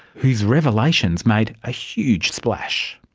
whose revelations made a huge splash.